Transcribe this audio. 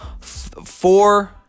four